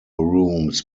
rooms